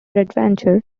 adventure